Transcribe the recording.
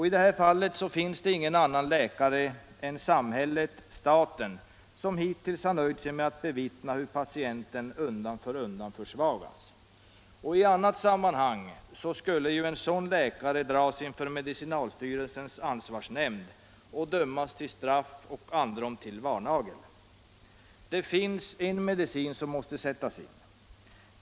I det här fallet finns ingen annan läkare än samhället, staten, som hittills har nöjt sig med att bevittna hur patienten undan för undan försvagas. I annat sammanhang skulle en sådan läkare dras inför socialstyrelsens ansvarsnämnd och dömas till straff, androm till varnagel. Det finns en medicin som måste sättas in.